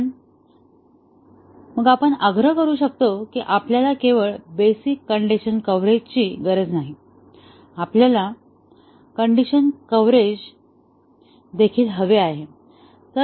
पण मग आपण आग्रह करू शकतो की आपल्याला केवळ बेसिक कण्डिशन कव्हरेजची गरज नाही आपल्याला कण्डिशन कव्हरेज देखील हवे आहे